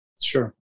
Sure